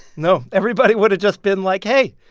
no. everybody would've just been like, hey.